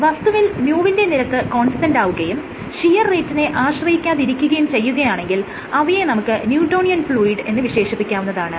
എന്നാൽ വസ്തുവിൽ µ വിന്റെ നിരക്ക് കോൺസ്റ്റന്റാവുകയും ഷിയർ റേറ്റിനെ ആശ്രയിക്കാതിരിക്കുകയും ചെയ്യുകയാണെങ്കിൽ അവയെ നമുക്ക് ന്യൂട്ടോണിയൻ ഫ്ലൂയിഡ് എന്ന് വിശേഷിപ്പിക്കാവുന്നതാണ്